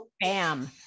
Bam